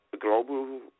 global